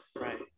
Right